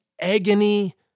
agony